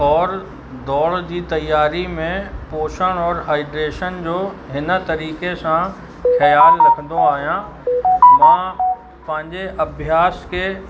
और दौड़ जी तयारी में पोषण और हाइड्रेशन जो हिन तरीक़े सां ख़्यालु रखंदो आहियां मां पंहिंजे अभ्यास खे